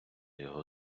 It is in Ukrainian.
його